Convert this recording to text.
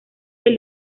del